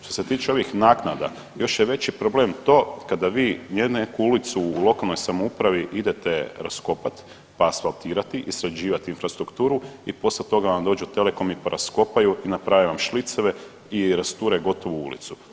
Što se tiče ovih naknada, još je veći problem to kada vi .../nerazumljivo/... ulicu u lokalnoj samoupravi idete raskopati pa asfaltirati i sređivati infrastrukturu i poslije toga vam dođu telekomi pa raskopaju i naprave vaš šliceve i rasture gotovu ulicu.